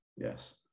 Yes